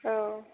औ